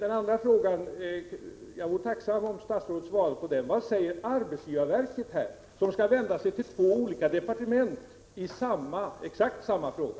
Jag vore tacksam om statsrådet svarade på den andra frågan: Vad säger arbetsgivarverket, som har att vända sig till två olika departement i exakt samma fråga?